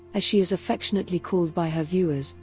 as she is affectionately called by her viewers,